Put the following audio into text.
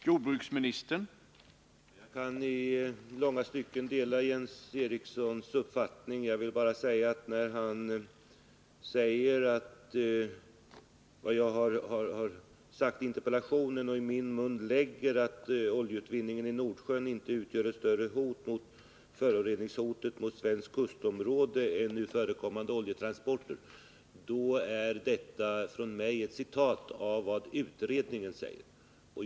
Herr talman! Jag kan i långa stycken dela Jens Erikssons uppfattning. Jag vill bara påpeka att när han hänvisar till interpellationssvaret och i min mun lägger ett uttalande, att oljeutvinningen i Nordsjön inte utgör ett större föroreningshot mot svenskt kustområde än nu förekommande oljetransporter runt våra kuster, så rör det sig om ett citat av vad utredningen säger.